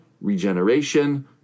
regeneration